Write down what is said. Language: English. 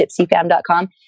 gypsyfam.com